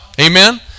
Amen